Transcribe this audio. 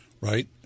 Right